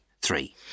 Three